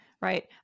right